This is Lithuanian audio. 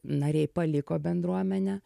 nariai paliko bendruomenę